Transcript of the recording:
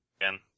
again